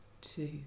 two